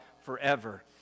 forever